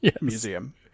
museum